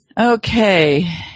Okay